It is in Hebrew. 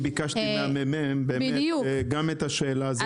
ביקשתי מהממ"מ לבחון גם את השאלה הזאת.